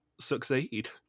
succeed